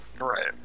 Right